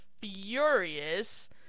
furious